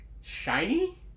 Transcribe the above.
Shiny